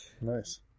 Nice